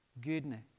goodness